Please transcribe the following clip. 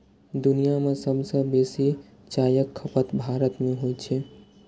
दुनिया मे सबसं बेसी चायक खपत भारत मे होइ छै